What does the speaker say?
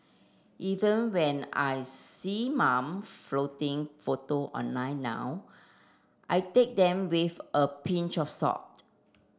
even when I see mum flaunting photo online now I take them with a pinch of salt